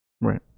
Right